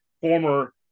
former